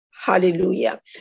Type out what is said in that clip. Hallelujah